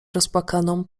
rozpłakaną